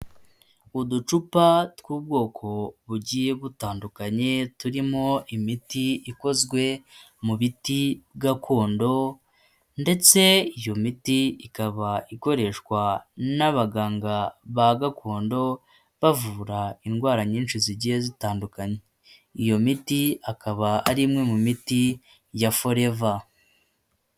Uducupa tw'ubwoko bugiye butandukanye turimo imiti ikozwe mu biti gakondo ndetse iyo miti ikaba ikoreshwa n'abaganga ba gakondo bavura indwara nyinshi zigiye zitandukanye. Iyo miti akaba ari imwe mu miti ya foreva.